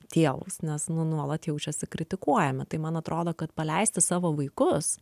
tėvus nes nu nuolat jaučiasi kritikuojami tai man atrodo kad paleisti savo vaikus